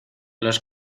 los